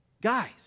Guys